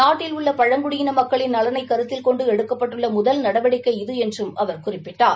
நாட்டில் உள்ள பழங்குடியின மக்களின் நலனை கருத்தில் கொண்டு எடுக்கப்பட்டுள்ள முதல் நடவடிக்கை இது என்றும் அவர் குறிப்பிட்டார்